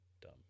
dumb